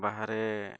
ᱵᱟᱦᱨᱮ